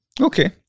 Okay